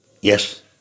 yes